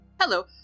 Hello